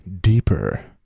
deeper